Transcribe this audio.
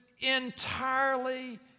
entirely